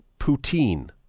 poutine